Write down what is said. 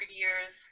years